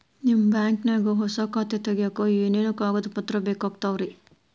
ನಿಮ್ಮ ಬ್ಯಾಂಕ್ ನ್ಯಾಗ್ ಹೊಸಾ ಖಾತೆ ತಗ್ಯಾಕ್ ಏನೇನು ಕಾಗದ ಪತ್ರ ಬೇಕಾಗ್ತಾವ್ರಿ?